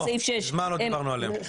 מזמן לא דיברנו עליהם.